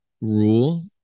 rule –